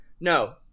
no